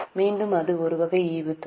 மீண்டும் அது ஒரு வகை ஈவுத்தொகை